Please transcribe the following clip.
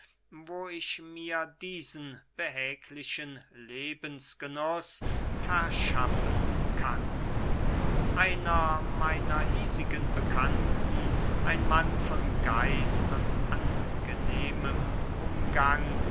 wo ich mir diesen behäglichen lebensgenuß verschaffen kann einer meiner hiesigen bekannten ein mann von geist und angenehmen umgang